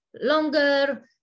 longer